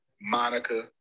Monica